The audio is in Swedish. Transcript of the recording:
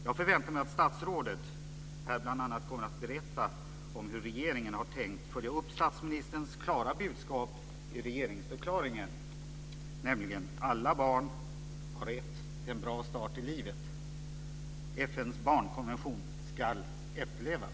Jag förväntar mig att statsrådet här bl.a. kommer att berätta om hur regeringen har tänkt följa upp statsministerns klara budskap i regeringsförklaringen, nämligen att alla barn har rätt till en bra start i livet. FN:s barnkonvention ska efterlevas.